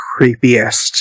creepiest